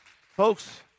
Folks